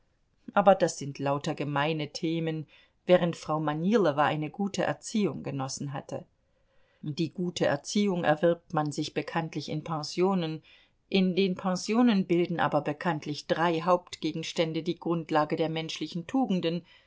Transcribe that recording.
aber das sind lauter gemeine themen während frau manilowa eine gute erziehung genossen hatte die gute erziehung erwirbt man sich bekanntlich in pensionen in den pensionen bilden aber bekanntlich drei hauptgegenstände die grundlage der menschlichen tugenden